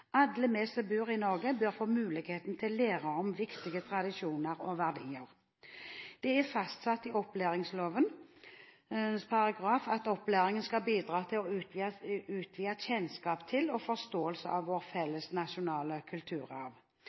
Alle vi som bor i Norge, bør få muligheten til å lære om viktige tradisjoner og verdier. Det er fastsatt i opplæringsloven at opplæringen skal bidra til å utvide kjennskap til og forståelse av vår felles nasjonale kulturarv.